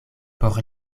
por